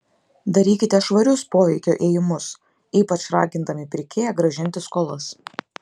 darykite švarius poveikio ėjimus ypač ragindami pirkėją grąžinti skolas